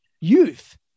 youth